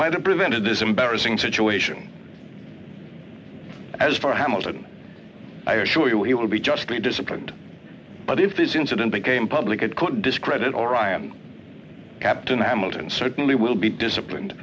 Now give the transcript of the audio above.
might have prevented this embarrassing situation as far hamilton i assure you he will be justly disciplined but if this incident became public it could discredit orion captain hamilton certainly will be disciplined